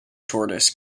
tortoise